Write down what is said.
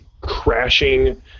crashing